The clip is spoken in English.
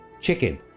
Chicken